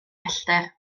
pellter